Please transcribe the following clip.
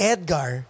Edgar